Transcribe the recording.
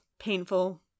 painful